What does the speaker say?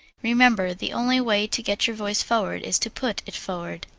remember, the only way to get your voice forward is to put it forward.